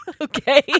Okay